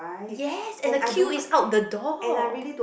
yes and the queue is out the door